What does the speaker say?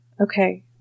Okay